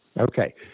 Okay